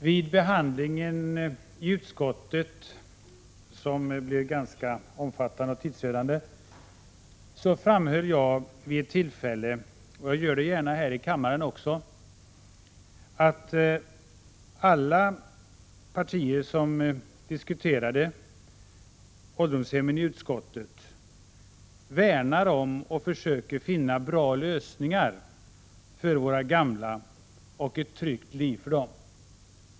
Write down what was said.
Vid behandlingen av frågan om ålderdomshemmen i utskottet, som blev ganska omfattande och tidsödande, framhöll jag vid ett tillfälle — jag gör det gärna även här i kammaren — att alla partier värnar om våra gamla och försöker finna bra lösningar för att skapa ett tryggt liv för dem.